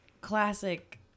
classic